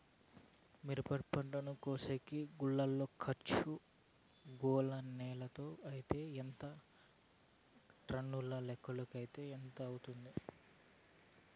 మిరప పంటను కోసేకి కూలోల్ల ఖర్చు గోనెలతో అయితే ఎంత టన్నుల లెక్కలో అయితే ఎంత అవుతుంది?